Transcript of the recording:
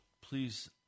please